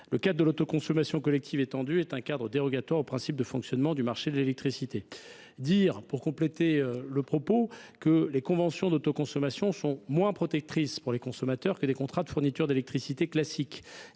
Le cadre de l’autoconsommation collective étendue est dérogatoire aux principes de fonctionnement du marché de l’électricité. Les conventions d’autoconsommation sont moins protectrices pour les consommateurs que des contrats de fourniture d’électricité classique.